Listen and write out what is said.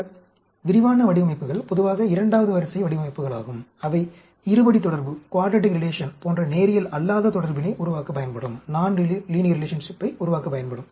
இந்த விரிவான வடிவமைப்புகள் பொதுவாக இரண்டாவது வரிசை வடிவமைப்புகளாகும் அவை இருபடி தொடர்பு போன்ற நேரியல் அல்லாத தொடர்பினை உருவாக்க பயன்படும்